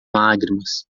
lágrimas